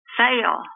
fail